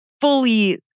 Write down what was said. fully